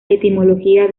etimología